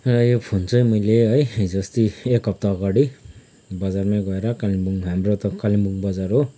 र यो फोन चाहिँ मैले है हिजो अस्ति एक हप्ता अगाडि बजारमै गएर कालेम्पोङ हाम्रो त कालेम्पुङ बजार हो